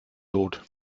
lot